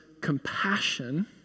compassion